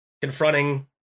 confronting